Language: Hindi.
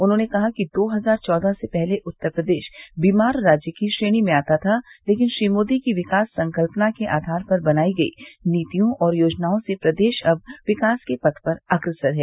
उन्होंने कहा कि दो हजार चौदह से पहले उत्तर प्रदेश बीमार राज्य की श्रेणी आता था लेकिन श्री मोदी की विकास संकल्पना के आधार पर बनायी गयी नीतियों और योजनाओं से प्रदेश अब विकास के पथ पर अग्रसर है